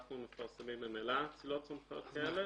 אנחנו מפרסמים ממילא אצילות סמכויות כאלה.